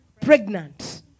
pregnant